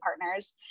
partners